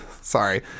Sorry